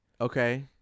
Okay